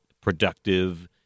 productive